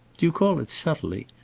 do you call it subtly?